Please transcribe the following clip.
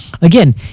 again